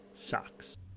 Socks